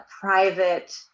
private